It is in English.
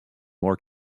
more